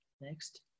Next